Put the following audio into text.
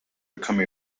become